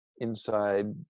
inside